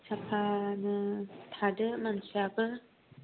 साफानो थादो मानसियाबो